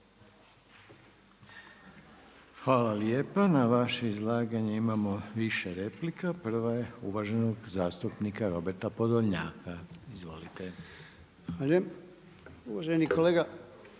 Hvala lijepa. Na vaše izlaganje imamo više replika. Prva je uvaženog zastupnika Roberta Podolnjaka. Izvolite. **Podolnjak, Robert